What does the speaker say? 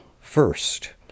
first